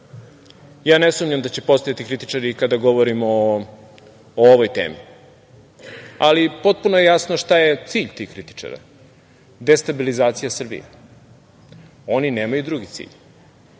Ne sumnjam da će postojati kritičari i kada govorimo o ovoj temi, ali potpuno je jasno šta je cilj tih kritičara, destabilizacija Srbije. Oni nemaju drugi cilj